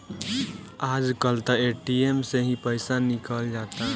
आज कल त ए.टी.एम से ही पईसा निकल जाता